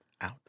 out